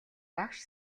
багш